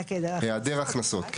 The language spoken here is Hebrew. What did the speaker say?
העדר הכנסות.